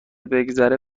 بگذره